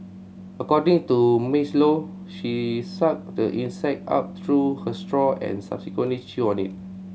according to Maisie Low she sucked the insect up through her straw and subsequently chewed on it